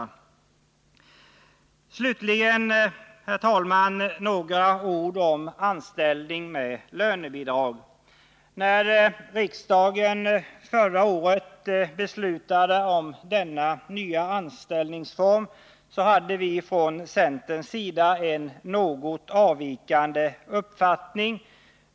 Slutligen, herr talman, några ord om anställning med lönebidrag. När riksdagen förra året beslutade om denna nya anställningsform hade vi från centerns sida en något avvikande uppfattning.